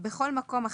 בכל מקום,